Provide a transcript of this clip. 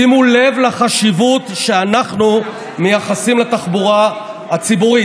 שימו לב לחשיבות שאנחנו מייחסים לתחבורה הציבורית.